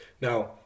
Now